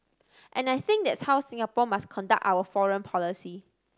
and I think that's how Singapore must conduct our foreign policy